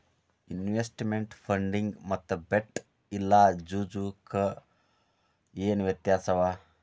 Investment ಫಂಡಿಗೆ ಮತ್ತ bet ಇಲ್ಲಾ ಜೂಜು ಕ ಏನ್ ವ್ಯತ್ಯಾಸವ?